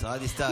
השרה דיסטל.